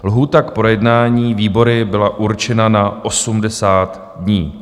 Lhůta k projednání výbory byla určena na 80 dní.